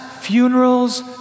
funerals